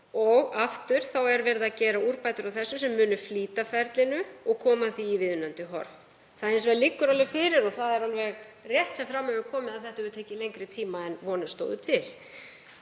og aftur er verið að gera úrbætur á þessu sem munu flýta ferlinu og koma því í viðunandi horf. Það liggur hins vegar alveg fyrir, og það er alveg rétt sem fram hefur komið, að þetta hefur tekið lengri tíma en vonir stóðu til.